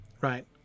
right